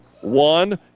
one